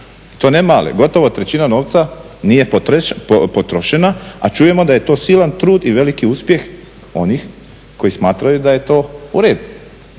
to ne male, gotovo trećina novca nije potrošena, a čujemo da je to silan trud i veliki uspjeh onih koji smatraju da je to uredu.